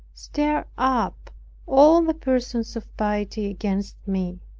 stirred up all the persons of piety against me.